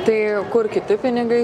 tai kur kiti pinigai